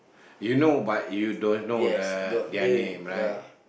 you know but you don't know the their name right